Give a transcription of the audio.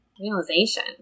realization